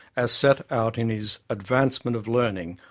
as set out in his advancement of learning.